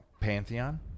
pantheon